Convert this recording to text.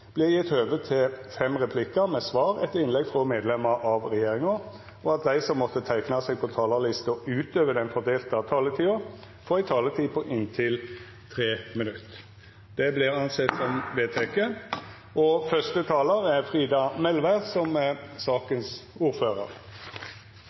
blir gitt anledning til inntil fem replikker med svar etter innlegg fra medlemmer av regjeringen, og at de som måtte tegne seg på talerlisten utover den fordelte taletid, får en taletid på inntil 3 minutter. – Det anses vedtatt. Jeg vil aller først be presidenten og